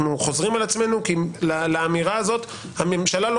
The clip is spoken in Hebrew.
אנחנו חוזרים על עצמנו כי לאמירה הזאת הממשלה לא